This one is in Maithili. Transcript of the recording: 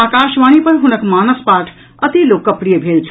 आकाशवाणी पर हुनक मानस पाठ अति लोकप्रिय भेल छल